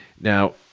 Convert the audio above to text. Now